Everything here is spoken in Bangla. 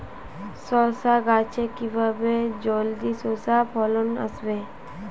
শশা গাছে কিভাবে জলদি শশা ফলন আসবে?